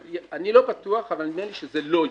אני לא בטוח, אבל נדמה לי שזה לא יושם.